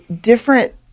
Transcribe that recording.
different